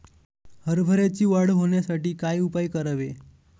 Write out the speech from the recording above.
हरभऱ्याची वाढ होण्यासाठी काय उपाय करावे?